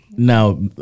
Now